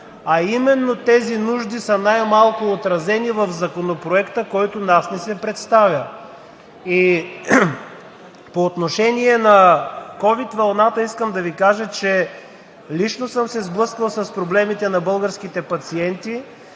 Именно тези нужди са най-малко отразени в Законопроекта, който на нас ни се представя. По отношение на ковид вълната. Искам да Ви кажа, че лично съм се сблъсквал с проблемите на българските пациенти,